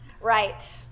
Right